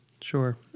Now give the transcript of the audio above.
Sure